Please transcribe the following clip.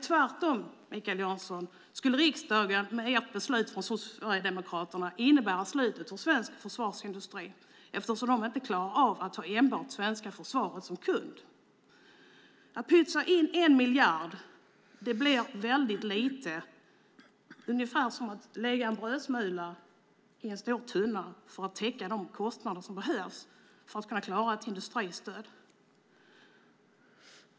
Sverigedemokraternas förslag skulle tvärtom innebära slutet för svensk försvarsindustri eftersom man inte klarar sig med att ha enbart svenska försvaret som kund. Att pytsa in en miljard är väldigt lite - ungefär som en brödsmula i en stor tunna - för att täcka kostnaderna för ett industristöd.